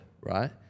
right